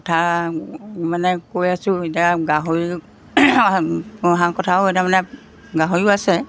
কথা মানে কৈ আছোঁ এতিয়া গাহৰি পোহা কথাও এতিয়া মানে গাহৰিও আছে